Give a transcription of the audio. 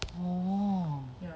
oh